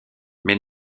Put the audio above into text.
mais